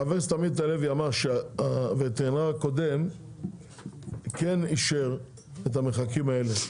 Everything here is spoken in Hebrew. חבר הכנסת עמית הלוי אמר שהווטרינר הקודם כן אישר את המרחקים האלה,